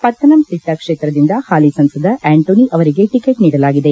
ಪತ್ತನಂ ತಿಟ್ಟ ಕ್ಷೇತ್ರದಿಂದ ಹಾಲಿ ಸಂಸದ ಆ್ಡಂಟೋನಿ ಅವರಿಗೆ ಟಕೆಟ್ ನೀಡಲಾಗಿದೆ